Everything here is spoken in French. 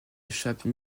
échappe